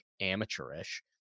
amateurish